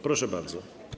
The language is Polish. Proszę bardzo.